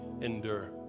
endure